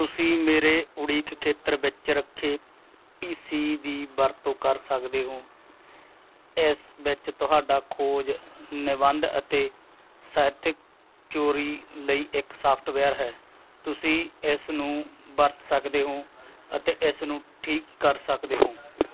ਤੁਸੀਂ ਮੇਰੇ ਉਡੀਕ ਖੇਤਰ ਵਿੱਚ ਰੱਖੇ ਪੀ ਸੀ ਦੀ ਵਰਤੋਂ ਕਰ ਸਕਦੇ ਹੋ ਇਸ ਵਿੱਚ ਤੁਹਾਡਾ ਖੋਜ ਨਿਬੰਧ ਅਤੇ ਸਾਹਿਤਕ ਚੋਰੀ ਲਈ ਇੱਕ ਸਾਫਟਵੇਅਰ ਹੈ ਤੁਸੀਂ ਇਸਨੂੰ ਵਰਤ ਸਕਦੇ ਹੋ ਅਤੇ ਇਸਨੂੰ ਠੀਕ ਕਰ ਸਕਦੇ ਹੋ